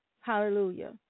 Hallelujah